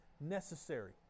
necessary